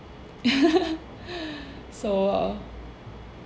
so